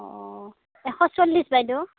অ এশ চল্লিছ বাইদেউ